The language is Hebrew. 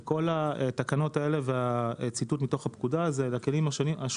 כל התקנות האלה והציטוט מתוך הפקודה זה לכלים השונים,